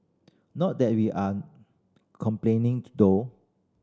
not that we are complaining though